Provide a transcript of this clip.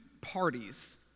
parties